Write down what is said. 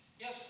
Yes